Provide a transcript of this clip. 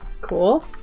Cool